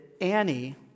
Annie